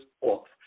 off